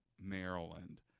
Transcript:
Maryland